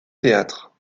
théâtre